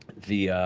the